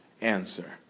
answer